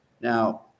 now